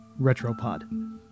Retropod